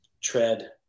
tread